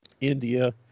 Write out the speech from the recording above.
India